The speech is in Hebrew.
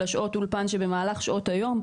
של שעות האולפן במהלך שעות היום,